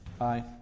Aye